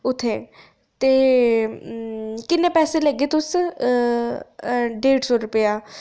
ते किन्ने पैसे लैगे तुस डेढ़ सौ रपेआ ते